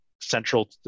central